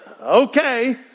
okay